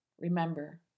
Remember